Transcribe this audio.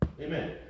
Amen